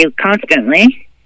constantly